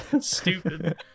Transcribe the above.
stupid